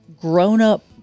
grown-up